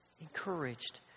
encouraged